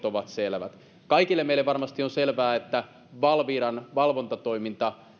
ovat selvät kaikille meille varmasti on selvää että valviran valvontatoiminta